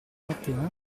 mattina